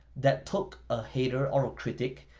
that took a hater or critic,